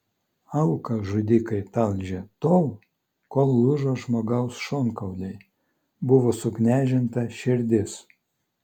auką žudikai talžė tol kol lūžo žmogaus šonkauliai buvo suknežinta širdis